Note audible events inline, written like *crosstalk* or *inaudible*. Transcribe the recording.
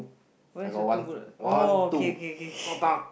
where's your two bullet oh okay okay okay *breath*